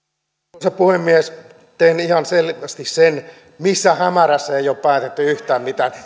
arvoisa puhemies teen ihan selväksi sen että missään hämärässä ei ole päätetty yhtään mitään